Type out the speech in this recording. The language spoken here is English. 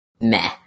meh